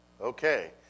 Okay